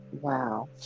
Wow